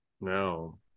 No